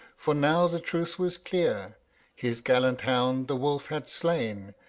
for now the truth was clear his gallant hound the wolf had slain,